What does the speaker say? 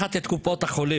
לקחת את קופות החולים,